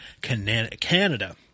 Canada